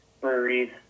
breweries